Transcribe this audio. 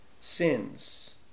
sins